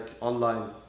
online